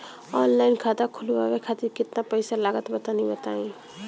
Online खाता खूलवावे खातिर केतना पईसा लागत बा तनि बताईं?